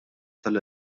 tal